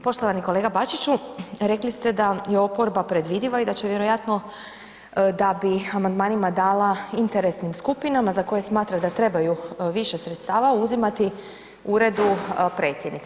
Poštovani kolega Bačiću, rekli ste da je oporba predvidiva i da će vjerojatno da bi amandmanima dala interesnim skupinama za koje smatra da trebaju više sredstava uzimati uredu predsjednice.